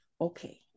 okay